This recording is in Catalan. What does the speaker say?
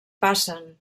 passen